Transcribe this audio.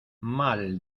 mal